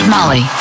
Molly